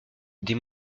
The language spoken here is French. des